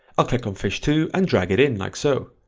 i'll click on fish two and drag it in like so,